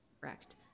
Correct